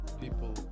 people